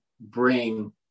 bring –